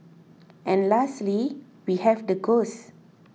and lastly we have the ghosts